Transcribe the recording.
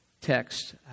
text